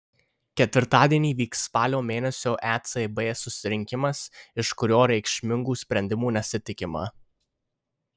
ketvirtadienį vyks spalio mėnesio ecb susirinkimas iš kurio reikšmingų sprendimų nesitikima